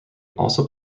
also